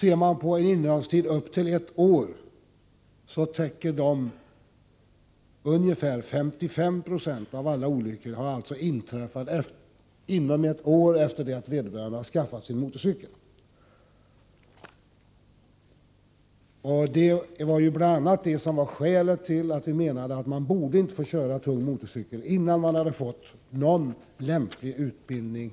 Om man tittar på statistiken över dem som innehaft sin motorcykel upp till ett år, finner man att ungefär 55 96 av alla olyckor inträffat under det första året. Bl. a. detta var skälet till att vi uttalade att man inte borde få köra tung motorcykel innan man genomgått lämplig utbildning.